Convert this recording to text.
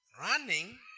Running